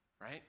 right